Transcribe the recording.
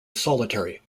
solitary